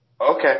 Okay